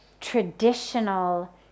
traditional